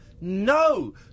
No